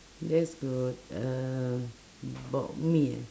that's good uh about me ah